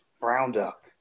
Roundup